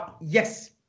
Yes